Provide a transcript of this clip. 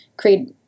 create